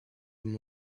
them